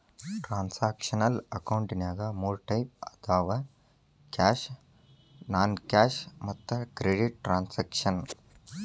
transactional ಅಕೌಂಟಿನ್ಯಾಗ ಮೂರ್ type ಅದಾವ ಕ್ಯಾಶ್ ನಾನ್ ಕ್ಯಾಶ್ ಮತ್ತ ಕ್ರೆಡಿಟ್ ಟ್ರಾನ್ಸಾಕ್ಷನ